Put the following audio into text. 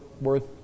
worth